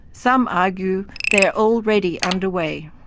some argue they are already underway.